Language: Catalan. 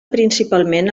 principalment